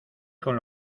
con